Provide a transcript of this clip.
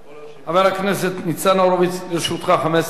חבר הכנסת ניצן הורוביץ, לרשותך 15 דקות.